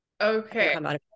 Okay